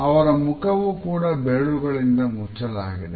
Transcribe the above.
ಅವರ ಮುಖವು ಕೂಡ ಬೆರಳುಗಳಿಂದ ಮುಚ್ಚಲಾಗಿದೆ